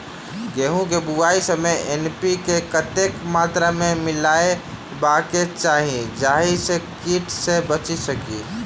गेंहूँ केँ बुआई समय एन.पी.के कतेक मात्रा मे मिलायबाक चाहि जाहि सँ कीट सँ बचि सकी?